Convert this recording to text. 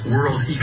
World